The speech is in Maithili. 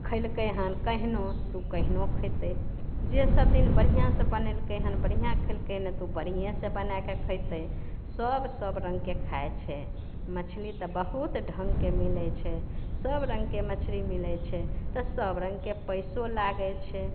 खयलकै हन केहनो तऽ ओ केहनो खयतै जे सब दिन बढ़िआँ से बनेलकै हन बढ़िआँ खयलकै ने तऽ ओ बढ़िआँ से बनाएके खयतै सब सब रङ्गके खाइ छै मछली तऽ बहुत ढङ्गके मिलैत छै सब रङ्गके मछरी मिलैत छै तऽ सब रङ्गके पैसो लागैत छै